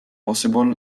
possible